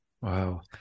Wow